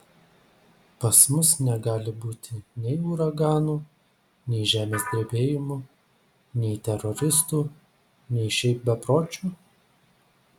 pas mus negali būti nei uraganų nei žemės drebėjimų nei teroristų nei šiaip bepročių